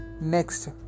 Next